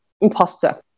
imposter